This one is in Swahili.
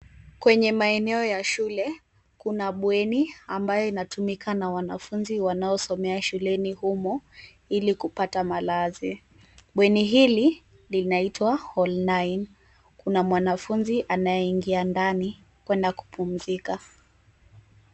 Kwenye maeneo ya shule. Kuna bweni ambalo linatumika na wanafunzi wanaosomea shuleni humo ili kupata malazi. Bweni hili linaitwa Hall 9. Kuna mwanafunzi anayeingia ndani kwenda kupumzika.